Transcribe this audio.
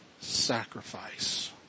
sacrifice